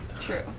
True